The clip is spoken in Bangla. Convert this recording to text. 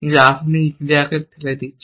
যে আপনি একটি ক্রিয়াকে ঠেলে দিচ্ছেন